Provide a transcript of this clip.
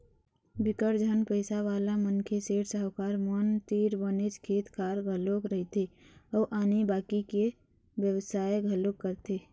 बिकट झन पइसावाला मनखे, सेठ, साहूकार मन तीर बनेच खेत खार घलोक रहिथे अउ आनी बाकी के बेवसाय घलोक करथे